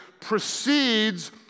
precedes